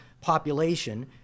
population